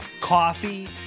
coffee